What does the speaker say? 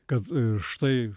kad štai